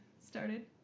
started